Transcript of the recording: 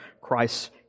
Christ